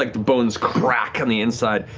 like the bones crack on the inside,